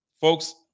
Folks